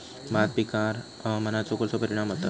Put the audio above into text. भात पिकांर हवामानाचो कसो परिणाम होता?